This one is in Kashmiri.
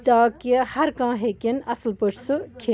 تاکہِ ہر کانٛہہ ہٮ۪کٮ۪ن اَصٕل پٲٹھۍ سُہ کھےٚ